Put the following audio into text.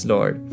Lord